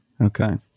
Okay